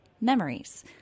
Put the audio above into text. Memories